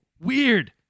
weird